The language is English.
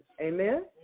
Amen